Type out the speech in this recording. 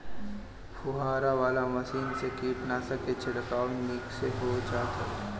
फुहारा वाला मशीन से कीटनाशक के छिड़काव निक से हो जात हवे